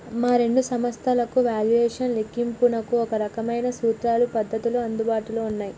ఈ రెండు సంస్థలకు వాల్యుయేషన్ లెక్కింపునకు ఒకే రకమైన సూత్రాలు పద్ధతులు అందుబాటులో ఉన్నాయి